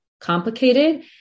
complicated